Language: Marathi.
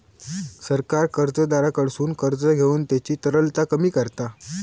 सरकार कर्जदाराकडसून कर्ज घेऊन त्यांची तरलता कमी करता